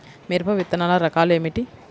మిరప విత్తనాల రకాలు ఏమిటి?